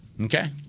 Okay